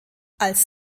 als